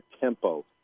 tempo